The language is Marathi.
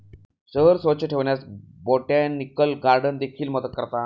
शहर स्वच्छ ठेवण्यास बोटॅनिकल गार्डन देखील मदत करतात